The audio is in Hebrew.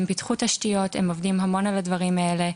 הם פיתחו תשתיות, הם עובדים המון על הדברים האלה.